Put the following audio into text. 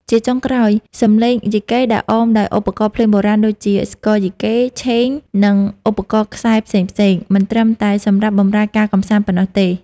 ជាចុងក្រោយ សំឡេងយីកេដែលអមដោយឧបករណ៍ភ្លេងបុរាណដូចជា ស្គរយីកេ ឆេង និងឧបករណ៍ខ្សែផ្សេងៗ មិនត្រឹមតែសម្រាប់បម្រើការកម្សាន្តប៉ុណ្ណោះទេ។